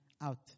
out